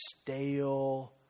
stale